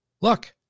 Look